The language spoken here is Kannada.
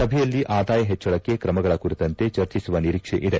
ಸಭೆಯಲ್ಲಿ ಆದಾಯ ಪೆಚ್ಚಳಕ್ಕೆ ಕ್ರಮಗಳ ಕುರಿತಂತೆ ಚರ್ಚಿಸುವ ನಿರೀಕ್ಷೆ ಇದೆ